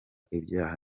ibyaha